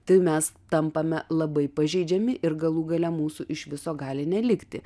tai mes tampame labai pažeidžiami ir galų gale mūsų iš viso gali nelikti